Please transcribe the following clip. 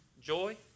joy